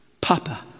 papa